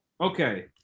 Okay